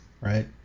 Right